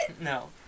No